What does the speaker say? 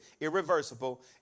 Irreversible